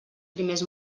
primers